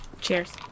Cheers